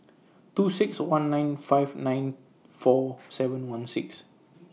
two six one nine five nine four seven one six